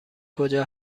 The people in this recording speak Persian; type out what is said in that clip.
کجا